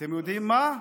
אתם יודעים מה?